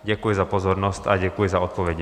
Děkuji za pozornost a děkuji předem za odpovědi.